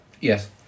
Yes